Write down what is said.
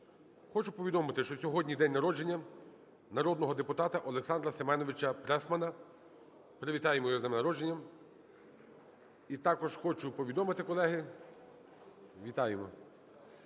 Хочу повідомити, що сьогодні день народження народного депутата Олександра СеменовичаПресмана. Привітаємо його з днем народження. І також хочу повідомити, колеги… Вітаємо.